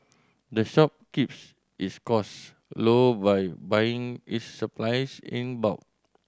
the shop keeps its costs low by buying its supplies in bulk